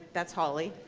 that's holly,